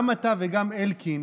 גם אתה וגם אלקין